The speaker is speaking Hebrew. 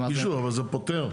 גישור, אבל זה פותר?